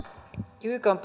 ykn